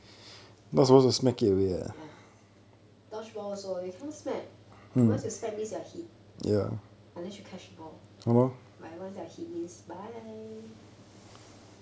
ya dodge ball also you cannot smack once you smack you are hit unless you catch the ball but once you are hit means bye